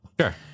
Sure